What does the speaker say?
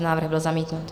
Návrh byl zamítnut.